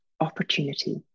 opportunity